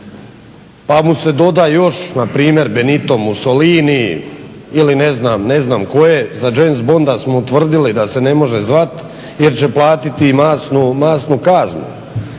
Pa mu se doda još npr. Benito Mussolini ili ne znam, ne znam koje za James Bonda smo tvrdili da se ne može zvat, jer će platiti masnu kaznu.